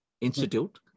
institute